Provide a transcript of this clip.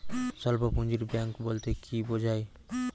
স্বল্প পুঁজির ব্যাঙ্ক বলতে কি বোঝায়?